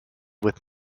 with